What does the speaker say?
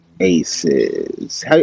Aces